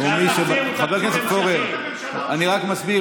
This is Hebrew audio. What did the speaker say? חבר הכנסת פורר, אני רק מסביר.